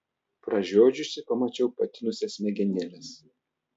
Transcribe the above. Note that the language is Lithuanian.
pražiodžiusi pamačiau patinusias smegenėles